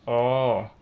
orh